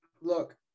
look